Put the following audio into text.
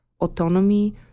autonomy